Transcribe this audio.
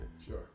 Sure